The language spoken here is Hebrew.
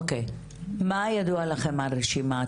מה ידוע לכם על רשימת